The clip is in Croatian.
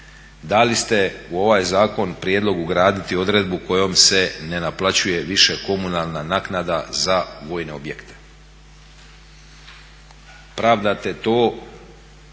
dali ste u ovaj zakon prijedlog ugraditi odredbu kojom se ne naplaćuje više komunalna naknada za vojne objekte. Pravdate to